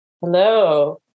Hello